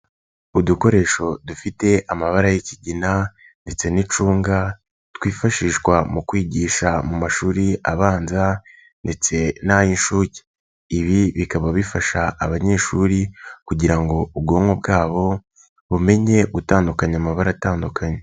Udukoresho dufite amabara y'ikigina ndetse n'icunga, twifashishwa mu kwigisha mu mashuri abanza ndetse n'ay'inshuke. Ibi bikaba bifasha abanyeshuri kugira ngo ubwonko bwabo, bumenye gutandukanya amabara atandukanye.